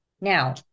Now